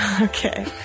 Okay